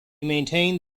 maintained